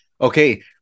Okay